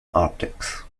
optics